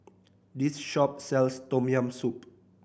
this shop sells Tom Yam Soup